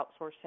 outsourcing